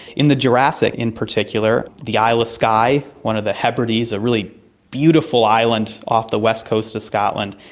in the jurassic in particular, the isle of skye, one of the hebrides, a really beautiful island off the west coast of scotland,